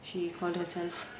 she found herself